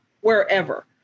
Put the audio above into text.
wherever